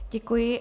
Děkuji.